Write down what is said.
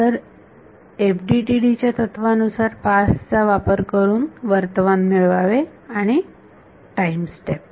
तर FDTD या तत्त्वानुसार पास्ट चा वापर करून वर्तमान मिळवावे आणि टाईम स्टेप